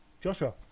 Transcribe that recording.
Joshua